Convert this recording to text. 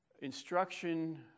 Instruction